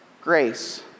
grace